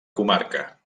comarca